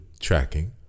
Tracking